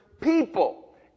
people